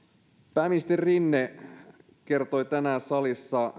pääministeri rinne kertoi tänään salissa